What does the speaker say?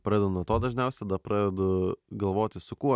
pradedu nuo to dažniausiai tada pradedu galvoti su kuo